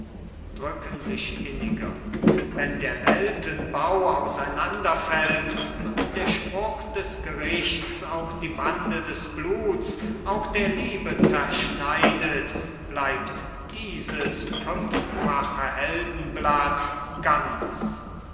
drücken sich inniger wenn der welten bau auseinanderfällt und der spruch des gerichts auch die bande des bluts auch der liebe zerschneidet bleibt dieses fünffache heldenblatt ganz